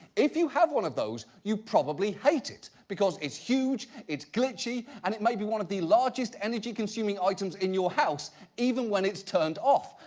if you have one of those, you probably hate it. because it's huge, it's glitchy, and it's may be one of the largest energy consuming items in your house even when it's turned off.